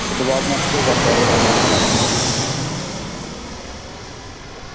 ते डिपार्टमेंट केह् करदा रेहा